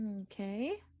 Okay